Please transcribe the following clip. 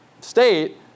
state